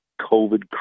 COVID